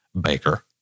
baker